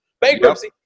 Bankruptcy